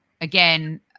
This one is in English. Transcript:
Again